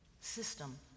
system